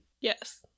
Yes